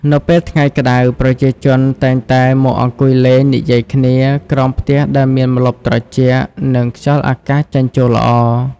នៅពេលថ្ងៃក្តៅ ប្រជាជនតែងតែ មកអង្គុយលេង និយាយគ្នា ក្រោមផ្ទះដែលមានម្លប់ត្រជាក់ និងខ្យល់អាកាសចេញចូលល្អ ។